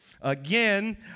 Again